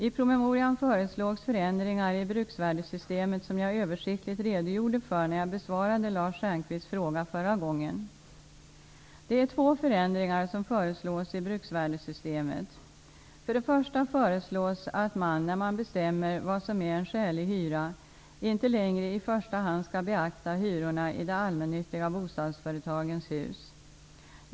I promemorian föreslås förändringar i bruksvärdessystemet som jag översiktligt redogjorde för när jag besvarade Lars Stjernkvists fråga förra gången. Det är två förändringar som föreslås i bruksvärdessystemet. För det första föreslås att man, när man bestämmer vad som är en skälig hyra, inte längre i första hand skall beakta hyrorna i de allmännyttiga bostadsföretagens hus.